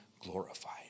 glorified